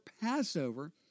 Passover